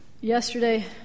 Yesterday